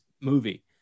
movie